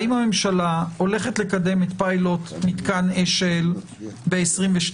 האם המשלה הולכת לקדם את פילוט מתקן אשל ב-2022?